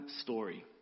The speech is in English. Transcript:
story